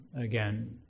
again